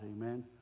Amen